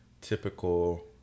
typical